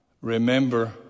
remember